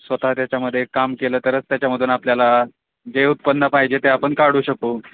स्वतः त्याच्यामध्ये एक काम केलं तरच त्याच्यामधून आपल्याला जे उत्पन्न पाहिजे ते आपण काढू शकू